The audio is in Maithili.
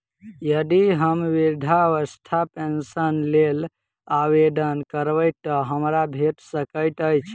यदि हम वृद्धावस्था पेंशनक लेल आवेदन करबै तऽ हमरा भेट सकैत अछि?